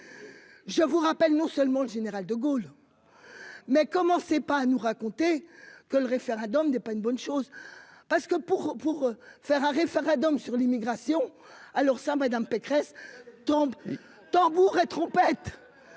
Je vous rappelle non seulement le général de Gaulle. Mais comment c'est pas à nous raconter que le référendum n'est pas une bonne chose parce que pour pour faire un référendum sur l'immigration. Alors ça madame Pécresse tombe tambours et trompettes.